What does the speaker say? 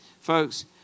Folks